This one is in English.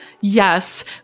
Yes